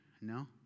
No